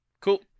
Cool